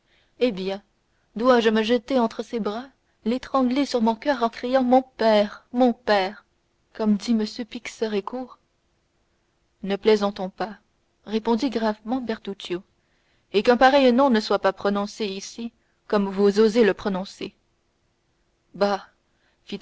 eh bien dois-je me jeter entre ses bras l'étrangler sur mon coeur en criant mon père mon père comme dit m pixérécourt ne plaisantons pas répondit gravement bertuccio et qu'un pareil nom ne soit pas prononcé ici comme vous osez le prononcer